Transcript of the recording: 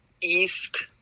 east